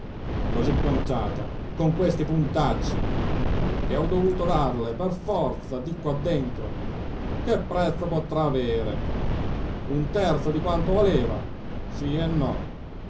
così conciata con questi puntacci che ho dovuto darle per forza di qua dentro che prezzo potrà avere un terzo di quanto valeva sì e no